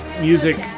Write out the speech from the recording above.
music